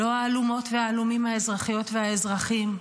לא ההלומות וההלומים האזרחיות והאזרחים,